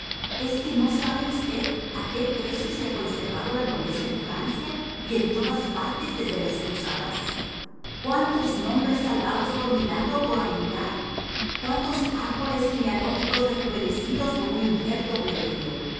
es que no sabe usted a qué precio se ha conservado la nobleza en francia y en todas partes desde las cruzadas cuántos nombres salvados por milagro o por habilidad cuántos árboles genealógicos rejuvenecidos por un injerto plebeyo